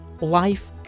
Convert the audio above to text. life